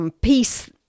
Peace